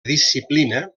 disciplina